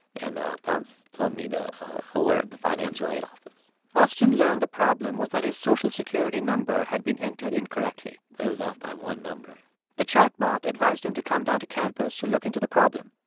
and pounce told me to alert the financial aid office austin learned the problem was that his social security number had been entered incorrectly it was off by one number the chatbot advised him to come down to campus to look into the problem.